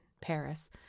Paris—